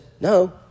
no